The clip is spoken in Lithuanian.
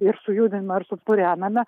ir sujudina ar supurename